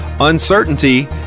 Uncertainty